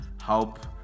help